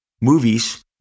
movies